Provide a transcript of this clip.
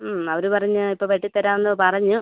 ഉം അവര് പറഞ്ഞു ഇപ്പം വെട്ടി തരാമെന്ന് പറഞ്ഞു